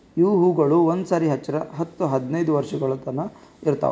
ಇವು ಹೂವುಗೊಳ್ ಒಂದು ಸಾರಿ ಹಚ್ಚುರ್ ಹತ್ತು ಹದಿನೈದು ವರ್ಷಗೊಳ್ ತನಾ ಇರ್ತಾವ್